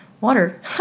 water